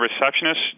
receptionist